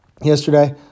yesterday